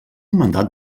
mandat